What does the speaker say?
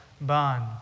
bond